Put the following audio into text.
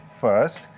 first